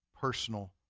personal